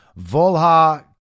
Volha